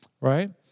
right